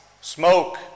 smoke